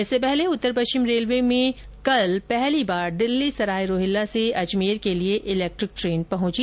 इससे पहले उत्तर पश्चिम रेलवे में सोमवार को पहली बार दिल्ली सराय रोहिल्ला से अजमेर के लिए इलेक्ट्रिक ट्रेन पहुंची